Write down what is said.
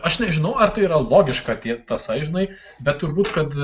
aš nežinau ar tai yra logiška ta tasai žinai bet turbūt kad